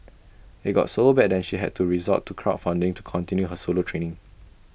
IT got so bad that she had to resort to crowd funding to continue her solo training